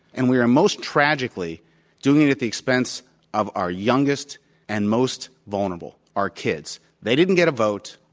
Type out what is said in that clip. and we are most tragically doing it at the expense of our youngest and most vulnerable, our kids. they didn't get a vote.